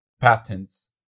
patents